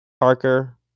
Parker